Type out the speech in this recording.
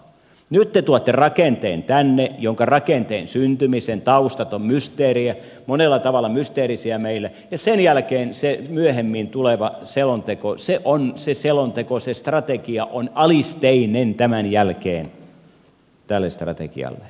nyt te tuotte rakenteen tänne jonka rakenteen syntymisen taustat ovat monella tavalla mysteerisiä meille ja sen jälkeen se myöhemmin tuleva selonteko se selonteko se strategia on alisteinen tämän jälkeen tälle strategialle